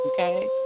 okay